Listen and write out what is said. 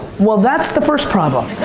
well, that's the first problem.